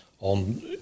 on